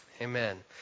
Amen